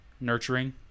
nurturing